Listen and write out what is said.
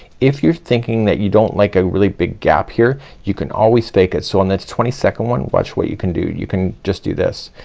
if you're thinking that you don't like a really big gap here you can always fake it. so on that's twenty second one watch what you can do. you can just do this.